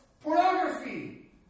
pornography